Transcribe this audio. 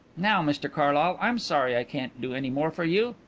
now, mr carlyle, i'm sorry i can't do any more for you.